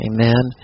Amen